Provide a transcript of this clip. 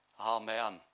Amen